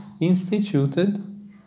instituted